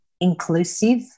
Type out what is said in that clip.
inclusive